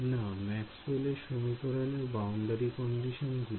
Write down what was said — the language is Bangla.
না ম্যাক্সওয়েল এর সমীকরণের বাউন্ডারি কন্ডিশন গুলি